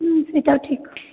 হুম সেটাও ঠিক